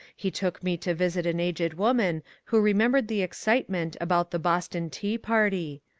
he took me to visit an aged woman who remembered the excitement about the boston tea party.